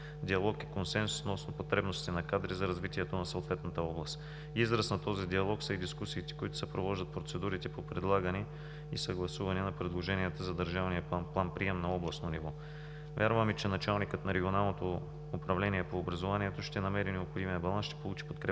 диалог и консенсус относно потребностите на кадри за развитието на съответната област. Израз на този диалог са и дискусиите, които съпровождат процедурите по предлагане и съгласуване на предложенията за държавния план-прием на областно ниво. Вярваме, че началникът на Регионалното управление на образованието ще намери необходимия баланс и ще получи подкрепата